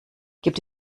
gibt